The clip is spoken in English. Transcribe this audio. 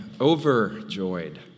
overjoyed